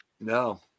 No